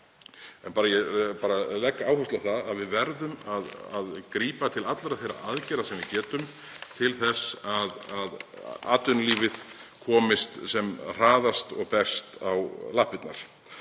Ég legg áherslu á það að við verðum að grípa til allra þeirra aðgerða sem við getum til þess að atvinnulífið komist sem hraðast og best á lappirnar